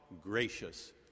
gracious